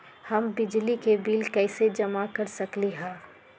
हम बिजली के बिल कईसे जमा कर सकली ह?